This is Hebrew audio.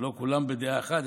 לא כולם בדעה אחת.